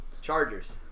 Chargers